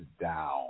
down